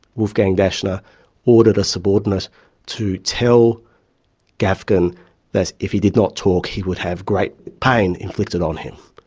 wolfgang daschner ordered a subordinate to tell gafgen that if he did not talk he would have great pain inflicted on him.